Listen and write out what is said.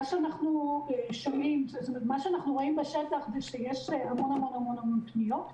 אנחנו רואים שבשטח יש המון המון המון פניות,